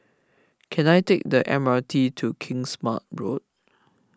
can I take the M R T to Kingsmead Road